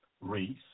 Reese